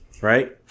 Right